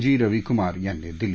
जी रवि कुमार यांनी दिली